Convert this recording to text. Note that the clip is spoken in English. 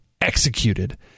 executed